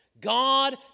God